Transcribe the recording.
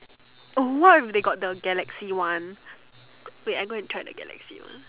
what if they got the Galaxy one wait I go and try the Galaxy one